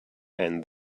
and